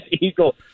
eagle